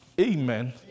Amen